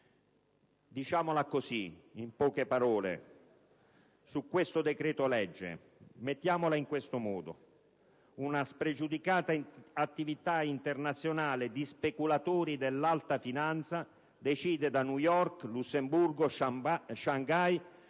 Diciamola così, in poche parole, su questo decreto-legge, mettiamola in questo modo: una spregiudicata attività internazionale di speculatori dell'alta finanza decide da New York, Lussemburgo o Shanghai